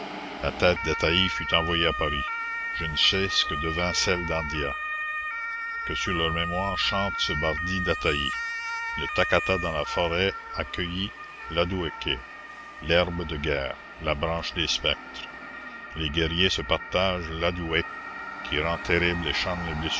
la tête d'ataï fut envoyée à paris je ne sais ce que devint celle d'andia que sur leur mémoire chante ce bardit d'ataï le takata dans la forêt a cueilli l'adouéke l'herbe de guerre la branche des spectres les guerriers se partagent l'adouéke qui rend terrible et